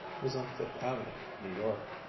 was on fifth avenue, new york.